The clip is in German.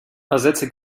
ersetze